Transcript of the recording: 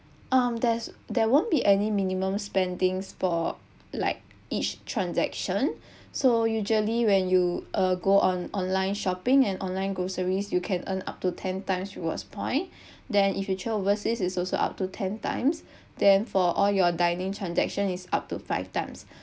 um there's there won't be any minimum spending for like each transaction so usually when you uh go on online shopping and online groceries you can earn up to ten times rewards point then in future overseas is also up to ten times then for all your dining transaction is up to five times